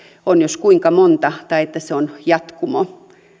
on jos kuinka monta tai että se on jatkumo